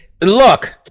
Look